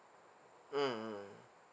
mm mm